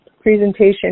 presentation